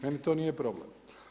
Meni to nije problem.